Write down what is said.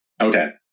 okay